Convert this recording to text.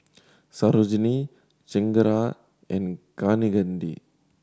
Sarojini Chengara and Kaneganti